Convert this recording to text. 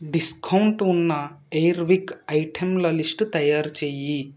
discount ఉన్న Airwick ఐటెంల list తయారుచెయ్యి